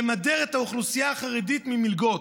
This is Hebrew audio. להדיר את האוכלוסייה החרדית ממלגות.